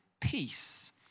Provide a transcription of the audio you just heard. peace